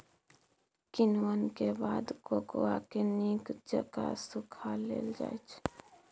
किण्वन के बाद कोकोआ के नीक जकां सुखा लेल जाइ छइ